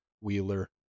Wheeler